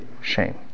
Shame